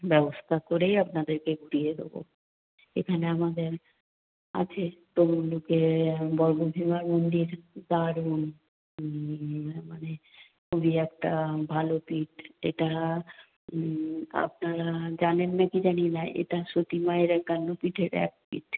ব্যবস্থা করেই আপনাদেরকে দিয়ে দেবো এখানে আমাদের আছে তমলুকে বর্গভীমার মন্দির দারুণ মানে ওই একটা ভালো পীঠ যেটা আপনারা জানেন না কি জানি না এটা সতী মায়ের একান্ন পীঠের এক পীঠ